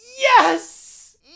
Yes